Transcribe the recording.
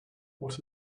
what